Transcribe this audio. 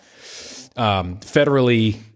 federally